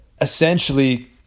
essentially